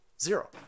zero